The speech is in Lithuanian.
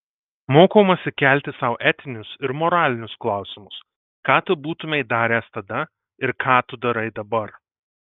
mokomasi kelti sau etinius ir moralinius klausimus ką tu būtumei daręs tada ir ką tu darai dabar